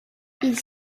ils